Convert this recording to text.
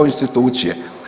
institucije.